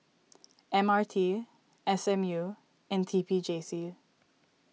M R T S M U and T P J C